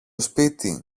σπίτι